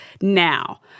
now